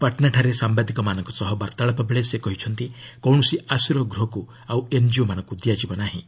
ପାଟ୍ନାଠାରେ ସାମ୍ଭାଦିକମାନଙ୍କ ସହ ବାର୍ତ୍ତାଳାପ ବେଳେ ସେ କହିଛନ୍ତି କୌଣସି ଆଶ୍ରୟ ଗୃହକୁ ଆଉ ଏନ୍ଜିଓ ମାନଙ୍କୁ ଦିଆଯିବ ନାହିଁ